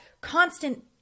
constant